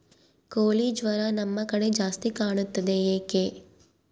ಕೋಳಿ ಜ್ವರ ನಮ್ಮ ಕಡೆ ಜಾಸ್ತಿ ಕಾಣುತ್ತದೆ ಏಕೆ?